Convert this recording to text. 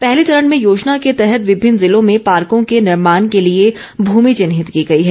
पहले चरण में योजना के तहत विभिन्न जिलों में पार्को के निर्माण के लिए भूमि चिन्हित की गई है